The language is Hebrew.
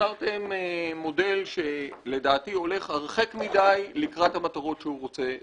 ויצרתם מודל שלדעתי הולך הרחק מדי לקראת המטרות שהוא רוצה לקדם.